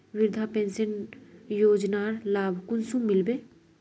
वृद्धा पेंशन योजनार लाभ कुंसम मिलबे?